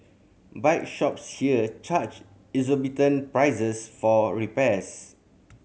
bike shops here charge exorbitant prices for repairs